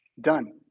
done